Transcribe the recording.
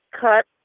cut